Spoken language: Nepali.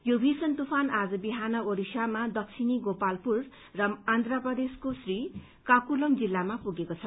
यो भीषण तूफान आज बिहान ओडिसामा दक्षिणी गोपालपुर र आन्ध्र प्रदेशको श्री काकुलम जिल्लामा पुगेको छ